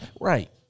Right